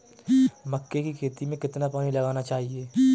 मक्के की खेती में कितना पानी लगाना चाहिए?